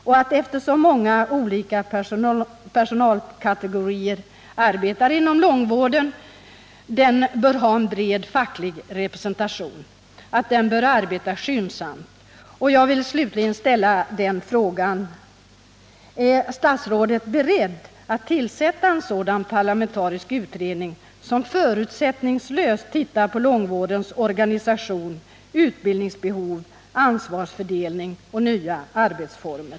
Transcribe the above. Och eftersom många olika personalkaiegorier arbetar inom långvården bör utredningen ha en bred facklig representation, och den bör arbeta skyndsamt. Jag vill slutligen ställa frågan: Är statsrådet beredd att tillsätta en sådan parlamentarisk utredning som förutsättningslöst ser på långvårdens organisation, utbildningsbehov, ansvarsfördelning och nya arbetsformer?